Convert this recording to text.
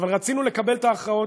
אבל רצינו לקבל את ההכרעות.